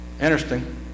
Interesting